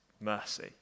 mercy